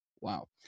Wow